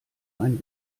ein